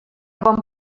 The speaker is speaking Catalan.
bon